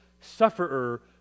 sufferer